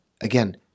again